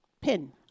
PIN